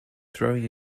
throwing